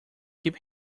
keep